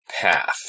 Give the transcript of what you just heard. path